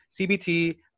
cbt